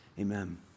Amen